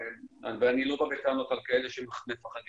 ואני לא בא בטענות על כאלה שמפחדים,